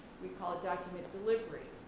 we call it document delivery,